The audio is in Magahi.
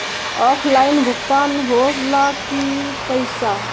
ऑफलाइन भुगतान हो ला कि पईसा?